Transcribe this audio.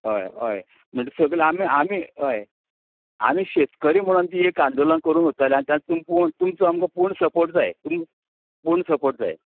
हय हय म्हणटगी सगलीं आमी आमी हय आमी शेतकरी म्हणोन ती एक आंदोलन करूं सोदताले तुमचो आमकां पूर्ण सपोट जाय पूर्ण सपोट जाय